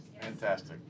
Fantastic